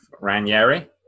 Ranieri